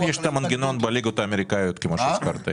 יש את המנגנון בליגות האמריקאיות כמו שהזכרת.